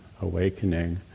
awakening